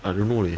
I don't know leh